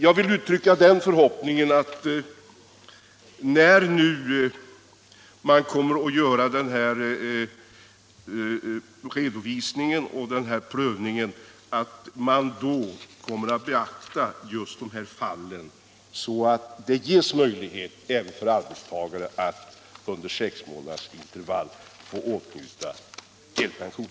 Jag vill uttrycka den förhoppningen att man nu vid kommande redovisning och prövning av delpensionen kommer att beakta just dessa fall, så att det ges möjlighet även för arbetstagare att med sex månaders intervall åtnjuta delpension.